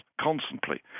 constantly